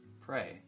pray